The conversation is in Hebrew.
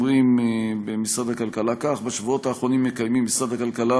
אומרים במשרד הכלכלה כך: בשבועות האחרונים מקיימים משרד הכלכלה